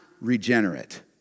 regenerate